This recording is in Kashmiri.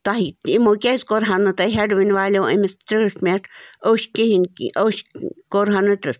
تۄہہِ یِمو کیٛازِ کوٚر ہو نہٕ تۄہہِ ہیٚڈوٕنۍ والیٛو أمِس ٹرٛیٖٹمیٚنٛٹ أچھۍ کِہیٖنۍ ک أچھۍ کوٚرہو نہٕ ٹٕر